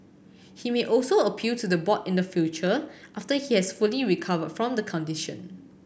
he may also appeal to the board in the future after he has fully recovered from the condition